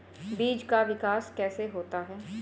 बीज का विकास कैसे होता है?